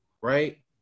right